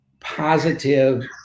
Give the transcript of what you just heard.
positive